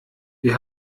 wir